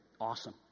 Awesome